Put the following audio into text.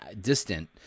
distant